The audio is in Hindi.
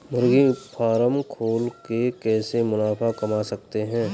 मुर्गी फार्म खोल के कैसे मुनाफा कमा सकते हैं?